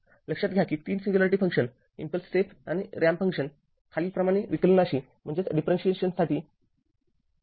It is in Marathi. लक्षात घ्या की ३ सिंग्युलॅरिटी फंक्शन्स इम्पल्स स्टेप आणि रॅम्प खालीलप्रमाणे विकलनाशी संबंधीत आहेत